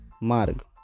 Marg